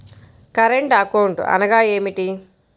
Current account అనగా ఏమిటి?